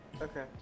Okay